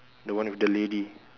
the one with the lady